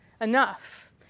enough